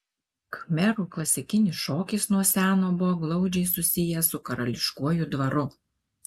khmerų klasikinis šokis nuo seno buvo glaudžiai susijęs su karališkuoju dvaru